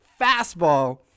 fastball